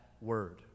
word